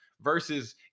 versus